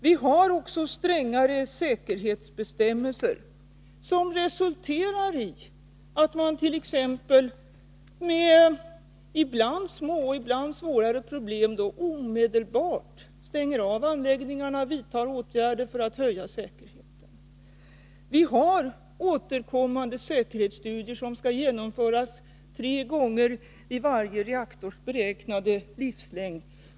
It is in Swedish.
Vi har också strängare säkerhetsbestämmelser, som resulterar i att man t.ex. vid ibland små och ibland svårare problem omedelbart stänger av anläggningarna och vidtar åtgärder för att höja säkerheten. Vi har återkommande säkerhetsstudier som skall genomföras tre gånger i varje reaktors beräknade livslängd.